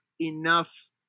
enough